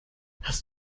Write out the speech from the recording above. hast